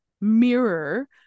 mirror